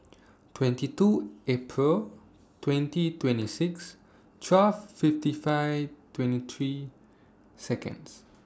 twenty two April twenty twenty six twelve fifty five twenty three Seconds